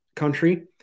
country